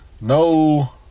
No